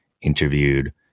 interviewed